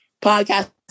podcast